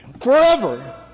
forever